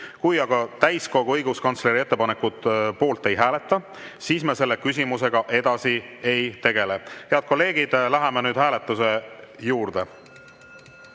Kui aga täiskogu õiguskantsleri ettepaneku poolt ei hääleta, siis me selle küsimusega edasi ei tegele. Head kolleegid! Läheme nüüd hääletuse juurde.